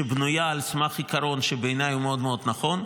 שבנויה על סמך עיקרון שבעיניי הוא מאוד מאוד נכון,